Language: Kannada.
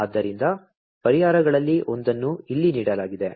ಆದ್ದರಿಂದ ಪರಿಹಾರಗಳಲ್ಲಿ ಒಂದನ್ನು ಇಲ್ಲಿ ನೀಡಲಾಗಿದೆ